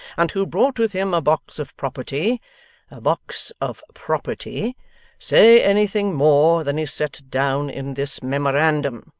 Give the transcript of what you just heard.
and who brought with him a box of property a box of property say anything more than is set down in this memorandum